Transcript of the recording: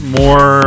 more